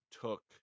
took